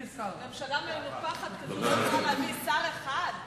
ממשלה מנופחת כזאת לא יכולה להביא שר אחד?